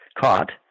caught